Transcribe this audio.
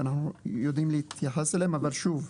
ואנחנו יודעים להתייחס אליהם אבל שוב,